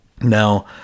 Now